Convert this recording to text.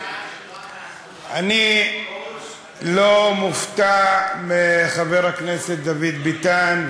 אני לא מופתע מחבר הכנסת דוד ביטן,